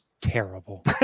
terrible